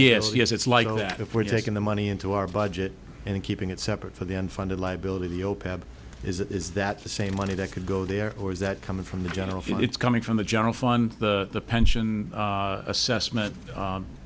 as it's like that if we're taking the money into our budget and keeping it separate from the unfunded liability opap is that is that the same money that could go there or is that coming from the general it's coming from the general fund the pension assessment